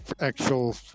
actual